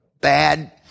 bad